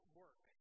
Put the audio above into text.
work